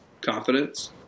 confidence